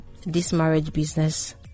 thismarriagebusiness